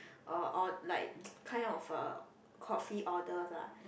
uh or like kind of a coffee orders lah